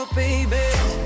baby